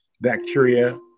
bacteria